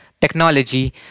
technology